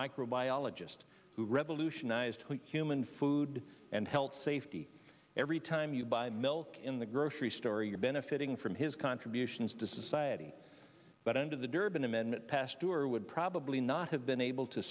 microbiologist who revolutionized human food and health safety every time you buy milk in the grocery store you're benefiting from his contributions to society but under the durban amendment passed through or would probably not have been able to